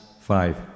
five